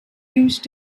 used